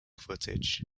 footage